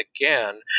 again